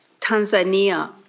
Tanzania